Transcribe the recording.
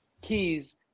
keys